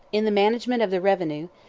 in the management of the revenue,